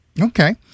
Okay